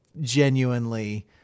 genuinely